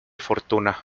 fortuna